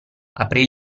aprì